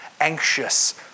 anxious